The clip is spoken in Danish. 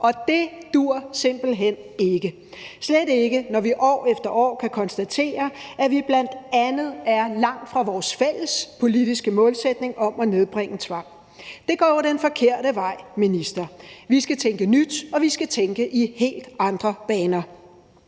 og det duer simpelt hen ikke, slet ikke når vi år efter år kan konstatere, at vi bl.a. er langt fra vores fælles politiske målsætning om at nedbringe tvang. Det går jo den forkerte vej, minister. Vi skal tænke nyt, og vi skal tænke i helt andre baner.